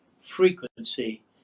frequency